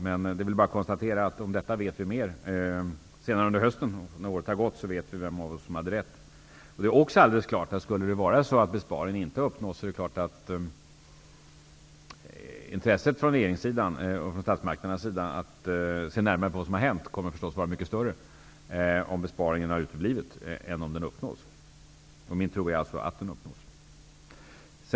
Det är bara att konstatera att vi vet mer om detta senare under hösten, och när året har gått vet vi vem av oss som hade rätt. Skulle det vara så att besparingen inte uppnås, är det klart att intresset från regeringens och statsmakternas sida att se närmare på vad som har hänt kommer att vara mycket större än om besparingen uppnås. Min tro är alltså att den uppnås.